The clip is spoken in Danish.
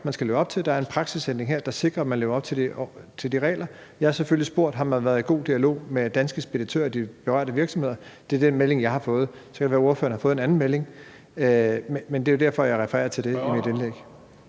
man skal leve op til. Der er en praksisændring her, der sikrer, at man lever op til de regler. Jeg har selvfølgelig spurgt, om man har været i god dialog med Danske Speditører og de berørte virksomheder, og det har man ifølge den melding, jeg har fået. Så kan det være, ordføreren har fået en anden melding, men det er jo derfor, at jeg refererer til det i mit indlæg.